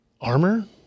Armor